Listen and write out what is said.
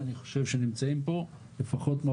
אם אני מועצה אזורית ונותן שירותי כשרות --- לצערי נכון